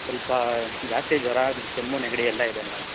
ಸ್ವಲ್ಪ ಜಾಸ್ತಿ ಜ್ವರ ಮತ್ತೆ ಕೆಮ್ಮು ನೆಗಡಿ ಎಲ್ಲ ಇದೆ ಮೇಡಮ್